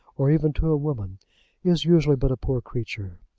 or even to a woman is usually but a poor creature.